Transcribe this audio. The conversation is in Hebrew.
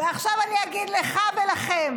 ועכשיו אני אגיד לך ולכם: